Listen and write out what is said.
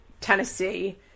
Tennessee